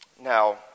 Now